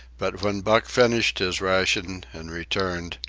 but when buck finished his ration and returned,